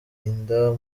inda